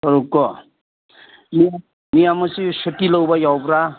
ꯇꯔꯨꯛ ꯀꯣ ꯃꯤ ꯑꯃꯁꯨ ꯁꯨꯇꯤ ꯂꯧꯕ ꯌꯥꯎꯕ꯭ꯔꯥ